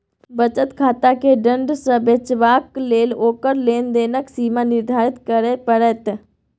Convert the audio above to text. बचत खाताकेँ दण्ड सँ बचेबाक लेल ओकर लेन देनक सीमा निर्धारित करय पड़त